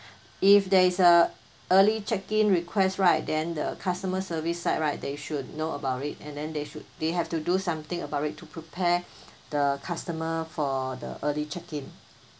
if there is a early check in request right then the customer service side right they should know about it and then they should they have to do something about it to prepare the customer for the early check in